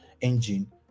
engine